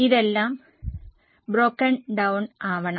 ഇതെല്ലാം broken down ആവണം